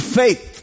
faith